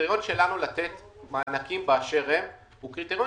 הקריטריון שלנו לתת מענקים באשר הם הוא קריטריון